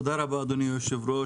תודה רבה אדוני היושב ראש,